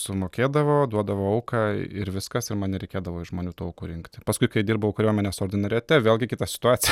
sumokėdavo duodavo auką ir viskas ir man nereikėdavo iš žmonių tų aukų rinkti paskui kai dirbau kariuomenės ordinariate vėlgi kita situacija